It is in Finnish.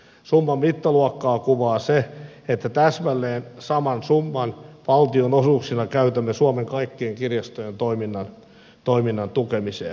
summan mittaluokkaa kuvaa se että täsmälleen saman summan valtionosuuksilla käytämme suomen kaikkien kirjastojen toiminnan tukemiseen valtion taholta